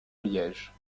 liège